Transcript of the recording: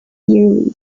yearly